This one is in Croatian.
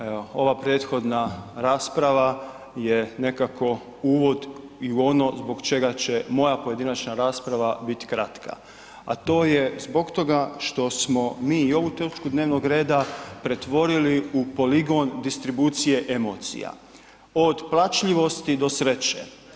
Evo ova prethodna rasprava je nekako uvod i u ono zbog čega će moja pojedinačna rasprava biti kratka a to je zbog toga što smo mi i ovu točku dnevnog reda pretvorili u poligon distribucije emocija od plačljivosti do sreće.